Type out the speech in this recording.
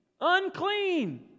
Unclean